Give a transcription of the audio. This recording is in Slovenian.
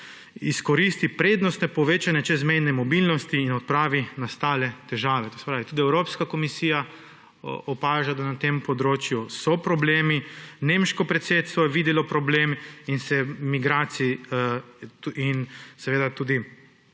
izkoristijo prednosti povečanja čezmejne mobilnosti in odpravijo nastale težave. To se pravi, tudi Evropska komisija opaža, da na tem področju so problemi. Nemško predsedstvo je videlo problem in se je migracije in tudi